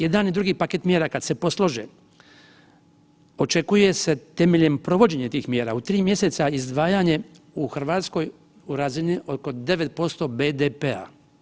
Jedan i drugi paket mjera kad se poslože, očekuje se temeljem provođenja tih mjera u 3 mjeseca izdvajanje u Hrvatskoj u razini oko 9% BDP-a.